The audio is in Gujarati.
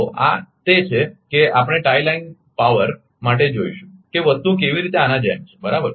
તો આ તે છે કે આપણે ટાઇ લાઇન પાવર માટે જોઈશું કે વસ્તુઓ કેવી રીતે આના જેમ છે બરાબર